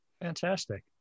fantastic